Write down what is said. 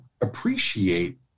appreciate